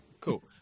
Cool